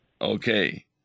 Okay